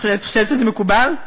את חושבת שזה מקובל?